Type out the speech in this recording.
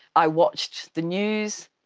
i watched the news,